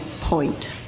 point